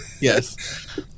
Yes